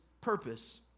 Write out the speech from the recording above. purpose